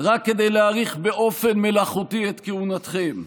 רק כדי להאריך באופן מלאכותי את כהונתכם,